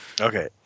Okay